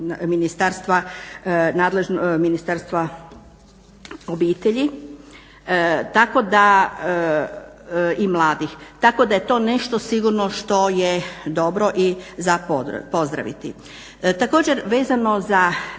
Ministarstva obitelji i mladih tako da je to nešto što je sigurno što je dobro i za pozdraviti. Također vezano za